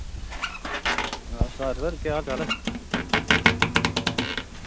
नमस्कार सर केह् हाल चाल